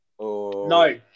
No